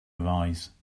arise